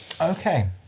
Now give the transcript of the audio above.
Okay